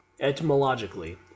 etymologically